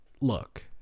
Look